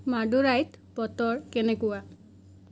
মাডুৰাইত বতৰ কেনেকুৱা